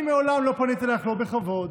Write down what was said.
מעולם לא פניתי אלייך לא בכבוד,